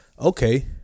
okay